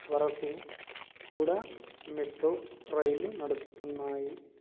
వరకు కూడా మెట్రో రైళ్ళు నడుస్తున్నాయి